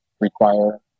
require